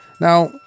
Now